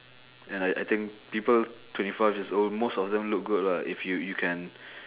and I I think people twenty five years old most of them look good lah if you you can